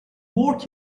work